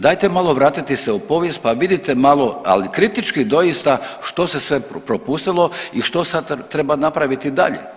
Dajte malo vratite se u povijest pa vidite malo, ali kritički doista što se sve propustilo i što sad treba napraviti dalje.